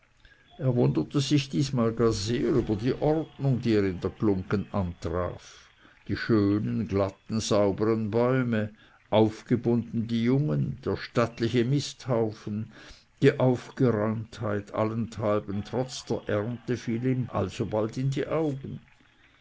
er wunderte sich diesmal gar sehr über die ordnung die er in der glunggen antraf die schön glatten saubern bäume aufgebunden die jungen der stattliche misthaufen die aufgeräumtheit allenthalben trotz der ernte fielen ihm alsobald in die augen